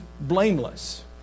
blameless